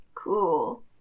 cool